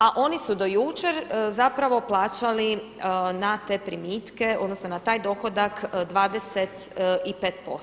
A oni su do jučer zapravo plaćali na te primitke, odnosno na taj dohodak 25%